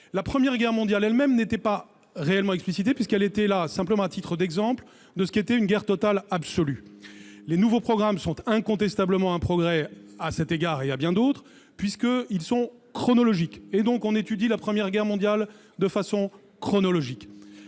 La Première Guerre mondiale elle-même n'était pas réellement décrite, puisqu'elle était là simplement à titre d'exemple de ce qu'était une guerre totale absolue. Les nouveaux programmes sont incontestablement un progrès à cet égard et à bien d'autres, puisqu'ils sont chronologiques. On étudie la Première Guerre mondiale de façon chronologique,